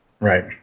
right